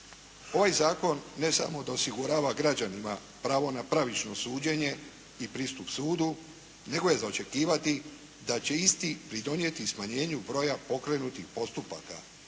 Ovaj zakon ne samo da osigurava građanima pravo na pravično suđenje i pristup sudu nego je za očekivati da će isti pridonijeti smanjenju broja pokrenutih postupaka